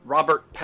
Robert